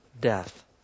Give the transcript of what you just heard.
death